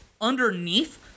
underneath